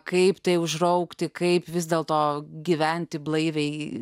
kaip tai užraukti kaip vis dėlto gyventi blaiviai